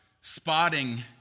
spotting